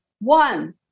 One